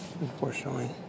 unfortunately